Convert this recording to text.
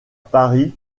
paris